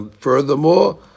Furthermore